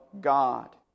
God